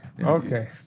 Okay